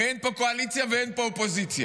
אין פה קואליציה ואין פה אופוזיציה.